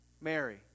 Mary